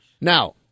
Now